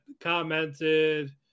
commented